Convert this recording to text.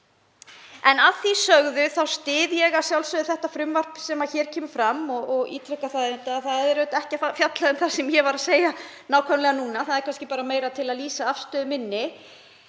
Að því sögðu styð ég að sjálfsögðu þetta frumvarp sem hér kemur fram og ítreka að það fjallar ekki um það sem ég var að segja nákvæmlega núna. Það var kannski meira til að lýsa afstöðu minni.